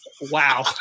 Wow